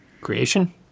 Creation